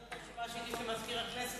זאת הרשימה של מזכיר הכנסת,